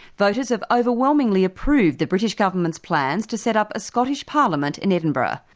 voters have overwhelmingly approved the british government's plans to set up a scottish parliament in edinburgh.